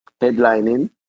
headlining